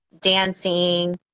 dancing